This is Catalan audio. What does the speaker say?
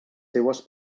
seues